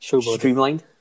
Streamlined